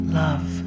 love